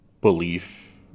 belief